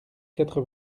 quatre